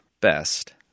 Best